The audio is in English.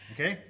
Okay